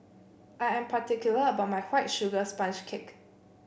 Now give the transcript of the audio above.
I am particular about my White Sugar Sponge Cake